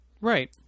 Right